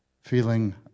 feeling